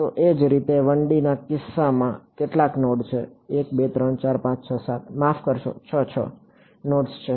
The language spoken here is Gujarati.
તો એ જ રીતે 1 D ના કિસ્સામાં અને કેટલા નોડ છે 1 2 3 4 5 6 7 માફ કરશો 6 6 નોડ્સ છે